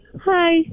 Hi